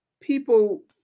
people